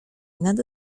nad